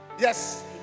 Yes